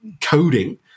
coding